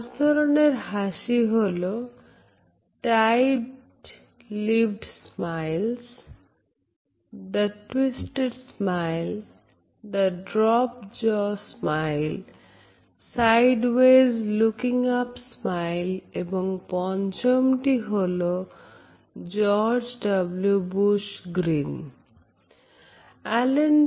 পাঁচ ধরনের হাসি হলো tight lipped smiles the twisted smile the drop jaw smile sideways looking up smile এবং পঞ্চম টি হল George W Bush Grin